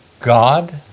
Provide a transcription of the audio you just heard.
God